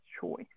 choice